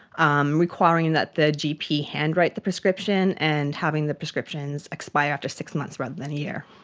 um requiring that the gp hand-write the prescription, and having the prescriptions expire after six months rather than a year.